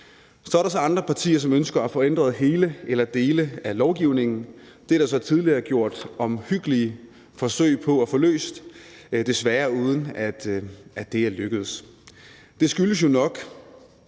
Så er der så andre partier, som ønsker at få ændret hele eller dele af lovgivningen. Det er der tidligere gjort omhyggelige forsøg på at få løst, desværre uden at det er lykkedes.